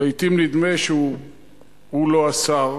לעתים נדמה שהוא לא השר,